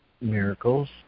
Miracles